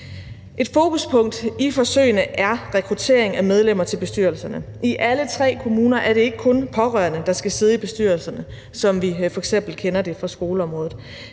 Et fokuspunkt i forsøgene er rekruttering af medlemmerne til bestyrelserne. I alle tre kommuner er det ikke kun pårørende, der skal sidde i bestyrelserne, som vi f.eks. kender det fra skoleområdet.